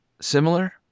Similar